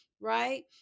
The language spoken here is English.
Right